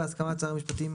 בהסכמת שר המשפטים,